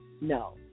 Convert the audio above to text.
No